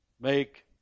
make